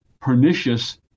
pernicious